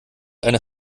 einer